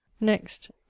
Next